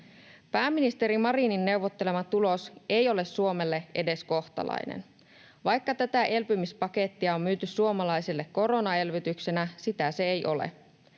Pääministeri Marinin neuvottelema tulos ei ole Suomelle edes kohtalainen. Vaikka tätä elpymispakettia on myyty suomalaisille koronaelvytyksenä, sitä se ei ole.